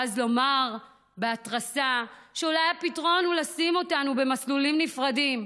ואז לומר בהתרסה שאולי הפתרון הוא לשים אותנו במסלולים נפרדים,